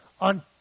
on